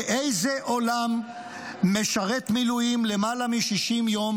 באיזה עולם משרת מילואים למעלה מ-60 יום